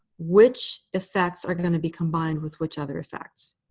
which effects are going to be combined with which other effects.